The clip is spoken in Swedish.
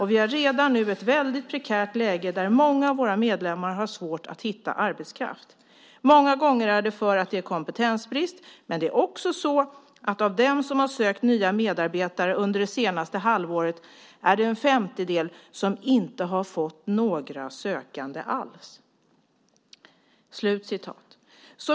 Vi har redan nu ett väldigt prekärt läge där många av våra medlemmar har svårt att hitta arbetskraft. Många gånger är det för att det är kompetensbrist, men det är också så att av dem som har sökt nya medarbetare under det senaste halvåret är det en femtedel som inte har fått några sökande alls."